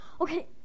okay